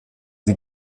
sie